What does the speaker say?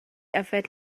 yfed